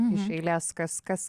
iš eilės kas kas